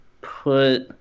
put –